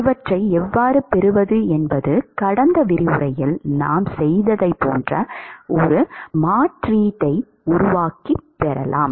இவற்றை எவ்வாறு பெறுவது என்பது கடந்த விரிவுரையில் நாம் செய்ததைப் போன்ற ஒரு மாற்றீட்டை உருவாக்கி பெறுகிறோம்